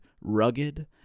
rugged